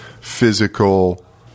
physical